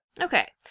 Okay